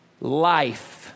life